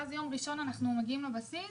ביום ראשון הגעתי לבסיס